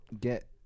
get